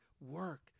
work